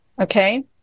Okay